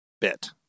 bit